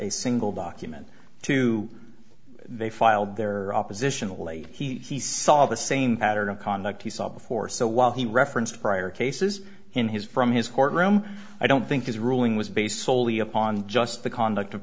a single document to they filed their opposition later he saw the same pattern of conduct he saw before so while he referenced prior cases in his from his courtroom i don't think his ruling was based soley upon just the conduct of